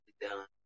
done